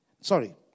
Sorry